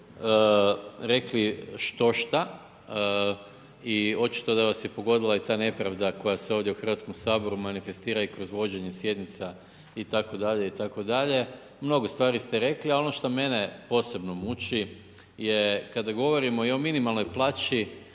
rekli štošta i očito da vas je pogodila i ta nepravda koja se ovdje u Hrvatskom saboru manifestira i kroz vođenje sjednica itd., itd. Mnogo stvari ste rekli, a ono što mene posebno muči je kada govorimo i o minimalnoj plaći,